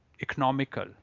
economical